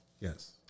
Yes